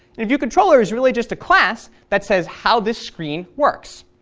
a view controller is really just a class that says how this screen works.